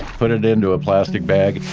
put it into a plastic bag,